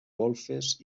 golfes